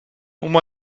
oma